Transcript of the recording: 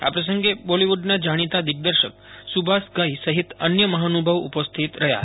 આ પ્રંસગે બોલીવુડના જાણીતા દિગ્દર્શક સુભાષ ઘાઇ સહિત અન્ય મહાનુભાવો ઉપસ્થિત રહ્યાં હતા